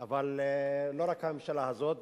אבל לא רק הממשלה הזאת,